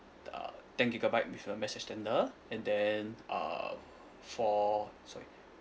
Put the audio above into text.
the ten gigabyte with a mesh extender and then uh for sorry